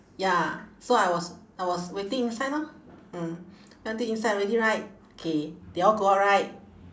ya so I was I was waiting inside lor mm waiting inside already right K they all go out right